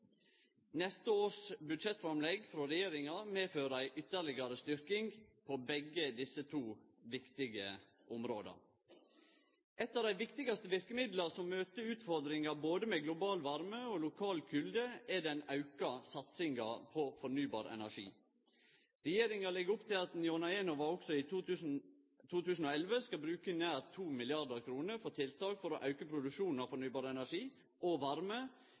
neste år medfører ei ytterlegare styrking på begge desse to viktige områda. Eit av dei viktigaste verkemidla som møter utfordringane med både global varme og lokal kulde, er den auka satsinga på fornybar energi. Regjeringa legg opp til at ein gjennom Enova også i 2011 skal bruke nær 2 mrd. kr på tiltak for å auke produksjonen av fornybar energi og varme,